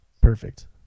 perfect